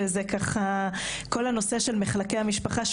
וכל הנושא של מחלקי המשפחה,